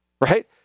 Right